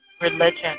Religion